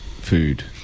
food